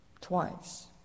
twice